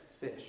fish